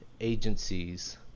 agencies